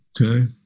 Okay